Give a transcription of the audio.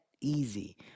easy